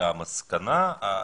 המסקנה העיקרית,